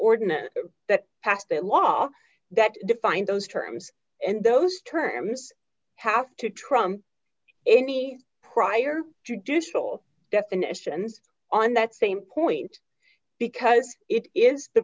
ordinance that passed that law that defined those terms and those terms have to trump any prior traditional definitions on that same point because it is the